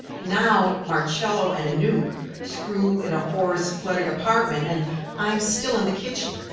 now marcello and anouk screw in a whore's flooded apartment and i'm still in the kitchen.